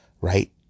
right